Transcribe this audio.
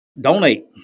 donate